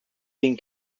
been